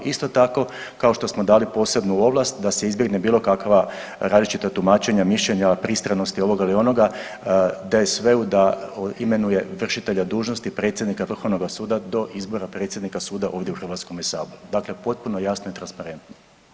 Isto tako kao što smo dali posebnu ovlast da se izbjegne bilo kakva različita tumačenja, mišljenja, pristranost ovoga ili onoga daje DSV-u da imenuje vršitelja dužnosti predsjednika vrhovnog suda do izbora predsjednika suda ovdje u HS, dakle potpuno jasno i transparentno.